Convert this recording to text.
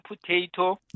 potato